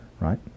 right